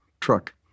truck